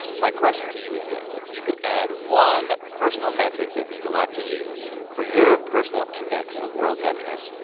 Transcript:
my question to you is this. if you could add one personal metric that means a lot to you for your personal index of world happiness,